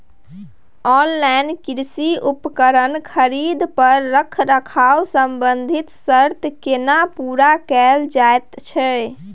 Online कृषि उपकरण खरीद पर रखरखाव संबंधी सर्त केना पूरा कैल जायत छै?